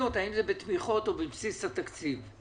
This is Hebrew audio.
מאוד נמצאות בתמיכות או בבסיס התקציב?